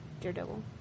Daredevil